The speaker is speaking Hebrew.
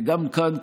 גם כאן,